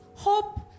Hope